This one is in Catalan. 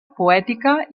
poètica